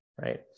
right